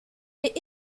est